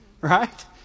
Right